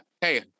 Hey